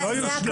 זו הכוונה.